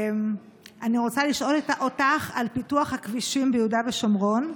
אני רוצה לשאול אותך על פיתוח הכבישים ביהודה ושומרון.